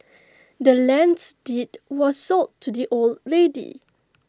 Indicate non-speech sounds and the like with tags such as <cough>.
<noise> the land's deed was sold to the old lady